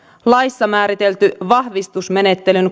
laissa määritelty vahvistusmenettelyn